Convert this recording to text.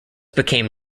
became